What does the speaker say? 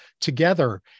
together